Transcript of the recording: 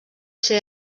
ser